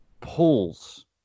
pulls